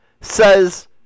says